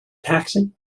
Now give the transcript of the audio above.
taxi